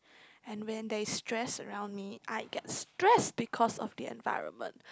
and when there is stress around me I get stressed because of the environment